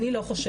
אני לא חושבת,